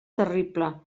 terrible